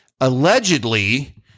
allegedly